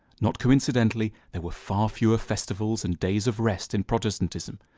not coincidentally there were far fewer festivals and days of rest in protestantism.